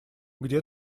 где